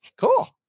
Cool